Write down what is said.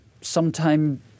sometime